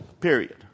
period